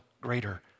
greater